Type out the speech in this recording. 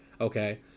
okay